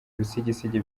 ibisigisigi